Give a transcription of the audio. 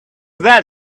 that